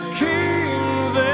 kings